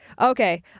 Okay